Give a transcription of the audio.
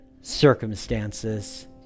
circumstances